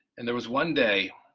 and there was one day,